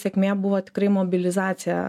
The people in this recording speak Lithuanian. sėkmė buvo tikrai mobilizacija